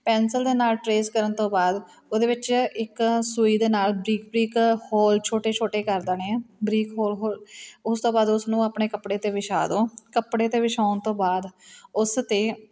pencil ਦੇ ਨਾਲ trace ਕਰਨ ਤੋਂ ਬਾਅਦ ਉਹਦੇ ਵਿੱਚ ਇੱਕ ਸੂਈ ਦੇ ਨਾਲ ਬਰੀਕ ਬਰੀਕ ਹੋਲ ਛੋਟੇ ਛੋਟੇ ਕਰ ਦੇਣੇ ਆ ਬਰੀਕ ਹੋਲ ਹੋਲ ਉਸ ਤੋਂ ਬਾਅਦ ਉਸਨੂੰ ਆਪਣੇ ਕੱਪੜੇ 'ਤੇ ਵਿਛਾ ਦਓ ਕੱਪੜੇ 'ਤੇ ਵਿਛਾਉਣ ਤੋਂ ਬਾਅਦ ਉਸ 'ਤੇ